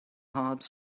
hobs